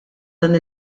dan